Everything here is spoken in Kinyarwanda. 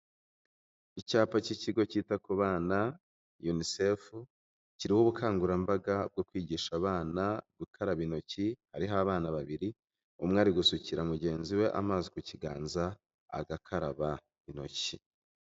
Icyapa cy'ikigo cyita ku bana yunisefu, kiriho ubukangurambaga bwo kwigisha abana gukaraba intoki, hariho abana babiri, umwe ari gusukira mugenzi we amazi ku kiganza, agakaraba intoki.